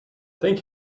thank